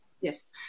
Yes